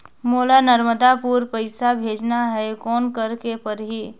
मोला नर्मदापुर पइसा भेजना हैं, कौन करेके परही?